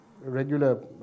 regular